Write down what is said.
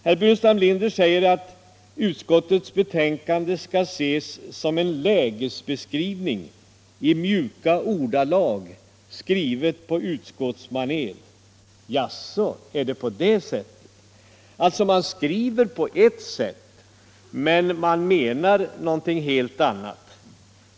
Herr Burenstam Linder sade att utskottets betänkande skall ses som en lägesbeskrivning, i mjuka ordalag skriven på utskottsmanér. Jaså, är det på det sättet? Man skriver alltså på ert sätt men menar något helt annat.